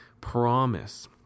promise